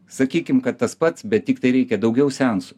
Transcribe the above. sakykim kad tas pats bet tiktai reikia daugiau seansų